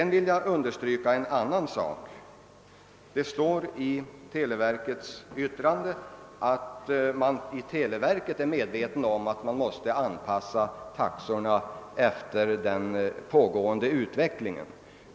Det sägs i televerkets yttrande att man inom televerket är medveten om att taxorna måste anpassas efter den pågående utvecklingen.